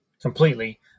completely